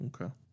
Okay